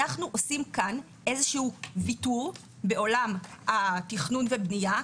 אנחנו עושים כאן איזה הוא ויתור בעולם התכנון ובנייה.